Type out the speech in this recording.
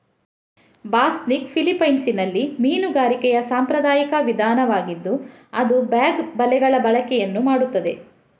ಬಾಸ್ನಿಗ್ ಫಿಲಿಪೈನ್ಸಿನಲ್ಲಿ ಮೀನುಗಾರಿಕೆಯ ಸಾಂಪ್ರದಾಯಿಕ ವಿಧಾನವಾಗಿದ್ದು ಅದು ಬ್ಯಾಗ್ ಬಲೆಗಳ ಬಳಕೆಯನ್ನು ಮಾಡುತ್ತದೆ